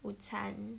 午餐